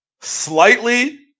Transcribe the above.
slightly